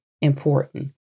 important